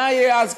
אז מה יהיה אז,